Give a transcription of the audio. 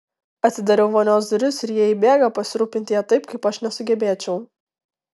atidarau vonios duris ir jie įbėga pasirūpinti ja taip kaip aš nesugebėčiau